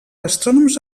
astrònoms